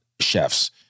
chefs